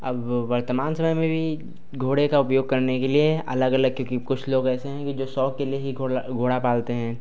अब वर्तमान समय में भी घोड़े का उपयोग करने के लिए अलग अलग क्योंकि कुछ लोग ऐसे हैं जो शौक के लिए ही घोला घोड़ा पालते हैं